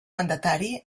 mandatari